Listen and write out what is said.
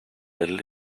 little